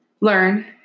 learn